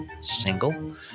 single